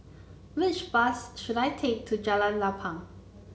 which bus should I take to Jalan Lapang